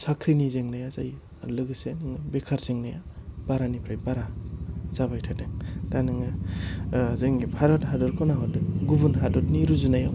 साख्रिनि जेंनाया जायो आरो लोगोसे बेखार जेंनाया बारानिफ्राय बारा जाबाय थादों आर नोङो जोंनि भारत हादरखौ नाहरदो गुबुन हादरनि रुजुनायाव